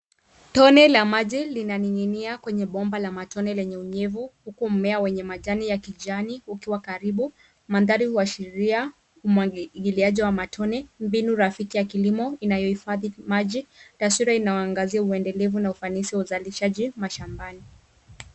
Tone la maji linaning'inia kwenye bomba la matone lenye unyevu, huku mmea wenye majani ya kijani ukiwa karibu. Mandhari huashiria umwagiliaji wa matone, mbinu rafiki ya kilimo inayohifadhi maji. Taswira inayoangazia uendelevu na ufanisi wa uzalishaji mashambani.